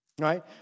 right